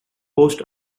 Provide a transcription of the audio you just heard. post